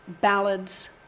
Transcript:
ballads